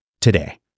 today